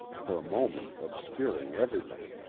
for a moment obscuring everything.